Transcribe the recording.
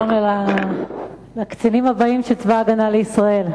שלום לקצינים הבאים של צבא-הגנה לישראל.